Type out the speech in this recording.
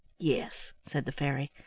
yes, said the fairy.